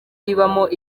ribamo